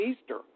Easter